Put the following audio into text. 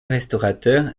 restaurateur